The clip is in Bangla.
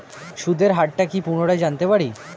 সুদের হার টা কি পুনরায় জানতে পারি?